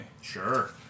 Sure